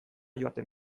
joaten